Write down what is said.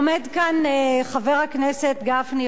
עומד כאן חבר הכנסת גפני,